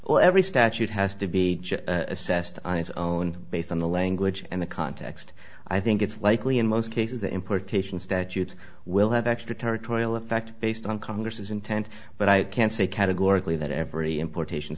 or every statute has to be assessed on its own based on the language and the context i think it's likely in most cases that importation statutes will have extraterritorial effect based on congress's intent but i can't say categorically that every importation